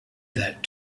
that